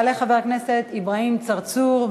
יעלה חבר הכנסת אברהים צרצור,